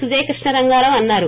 సుజయ్ కృష్ణ రంగారావు అన్నారు